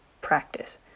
practice